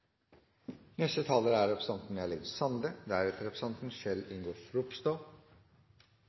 Neste taler er representanten